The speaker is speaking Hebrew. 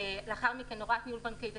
לאחר מכן הוראת ניהול בנקאי תקין,